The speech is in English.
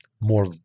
more